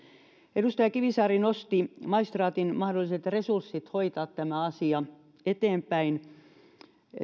edustaja kivisaari nosti maistraatin mahdolliset resurssit hoitaa tämä asia eteenpäin